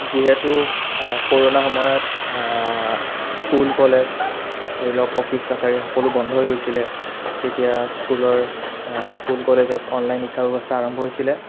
যিহেতু ক'ৰ'ণা সময়ত school college ধৰি লওক অফিছ কাছাৰী সকলো বন্ধ হৈ গৈছিলে তেতিয়া স্কুলৰ স্কুল ক'লেজত অনলাইন শিক্ষা ব্যৱস্থা আৰম্ভ হৈছিলে